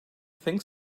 think